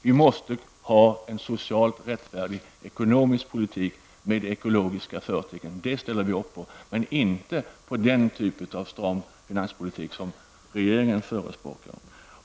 Vi måste alltså ha en socialt rättfärdig ekonomisk politik med ekologiska förtecken. Sådant ställer vi upp på, dock inte på den typ av stram finanspolitik som regeringen förespråkar.